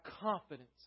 confidence